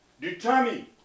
Determine